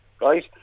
Right